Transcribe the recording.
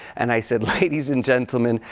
and i said, ladies and gentlemen,